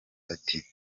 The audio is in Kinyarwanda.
ati